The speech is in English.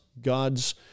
God's